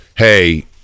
Hey